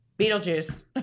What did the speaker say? Beetlejuice